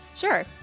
Sure